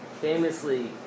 famously